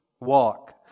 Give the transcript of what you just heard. walk